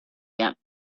got